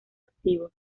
activo